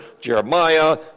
Jeremiah